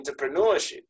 entrepreneurship